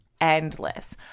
endless